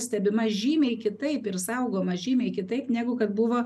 stebima žymiai kitaip ir saugoma žymiai kitaip negu kad buvo